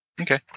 okay